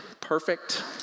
perfect